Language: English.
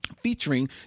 featuring